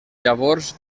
llavors